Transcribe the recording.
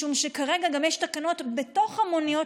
משום שכרגע גם יש תקנות שבתוך המוניות